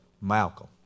Malcolm